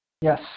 Yes